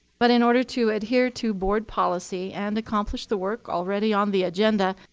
but in order to adhere to board policy and accomplish the work already on the agenda,